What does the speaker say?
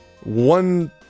one